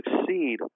succeed